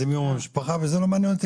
אז הם יהיו מהמשפחה וזה לא מעניין אותי